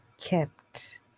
kept